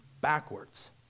backwards